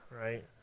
right